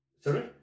Sorry